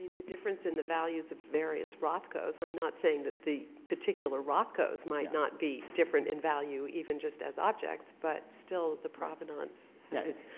the difference in the values of various rocco's, i'm not saying that the particular roccos might not be different in value even just as objects, but still the provenance yeah is